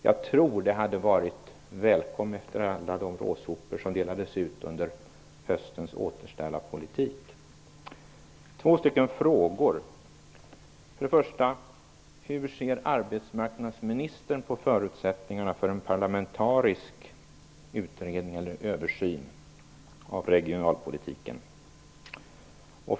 Jag tror att det hade varit välkommet efter alla råsopar som delades ut i samband med höstens återställarpolitik. Jag har två frågor: 1. Hur ser arbetsmarknadsministern på förutsättningarna för en parlamentarisk utredning/översyn av regionalpolitiken? 2.